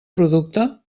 producte